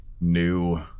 new